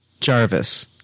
Jarvis